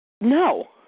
No